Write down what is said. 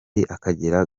akagera